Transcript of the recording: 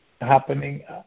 happening